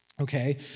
Okay